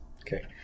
Okay